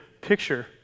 picture